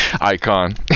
icon